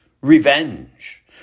Revenge